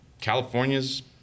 California's